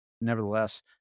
Nevertheless